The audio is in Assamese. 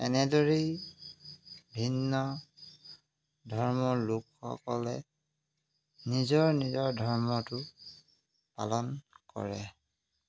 এনেদৰেই ভিন্ন ধৰ্মৰ লোকসকলে নিজৰ নিজৰ ধৰ্মটো পালন কৰে